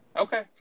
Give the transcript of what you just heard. Okay